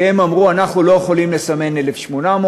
כי הם אמרו: אנחנו לא יכולים לסמן 1,800,